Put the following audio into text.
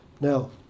Now